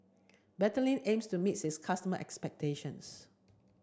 Betadine aims to meet its customer expectations